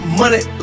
money